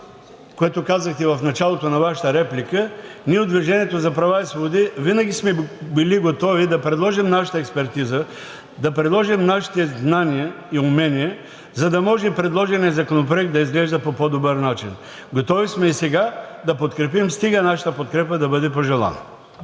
което казахте в началото на Вашата реплика, ние от „Движение за права и свободи“ винаги сме били готови да предложим нашата експертиза, да предложим нашите знания и умения, за да може предложеният законопроект да изглежда по по-добър начин. Готови сме и сега да подкрепим, стига нашата подкрепа да бъде пожелана.